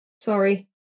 Sorry